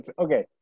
Okay